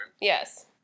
Yes